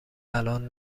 الان